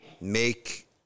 make